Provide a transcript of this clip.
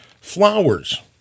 flowers